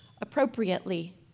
appropriately